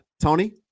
Tony